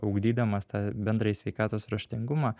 ugdydamas tą bendrąjį sveikatos raštingumą